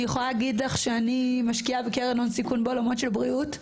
אני יכולה להגיד לך שאני משקיעה בקרן הון סיכון בעולמות של בריאות,